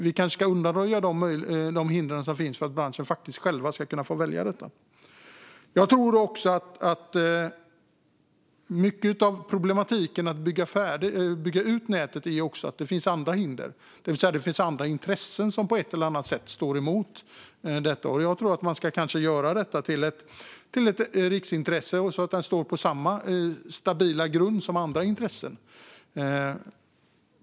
Vi kanske ska undanröja de hinder som finns för att branschen själv ska kunna få välja. Jag tror också att mycket av problematiken med att bygga ut nätet beror på att det finns andra hinder, det vill säga andra intressen som på ett eller annat sätt står emot detta. Man ska kanske göra detta till ett riksintresse så att det står på samma stabila grund som andra intressen.